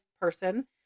person